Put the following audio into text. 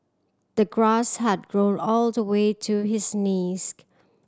the grass had grown all the way to his knees